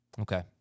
Okay